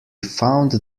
found